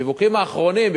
בשיווקים האחרונים,